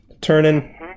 turning